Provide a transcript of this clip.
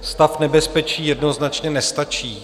Stav nebezpečí jednoznačně nestačí.